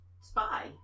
spy